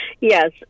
Yes